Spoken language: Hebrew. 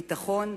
ביטחון,